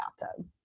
bathtub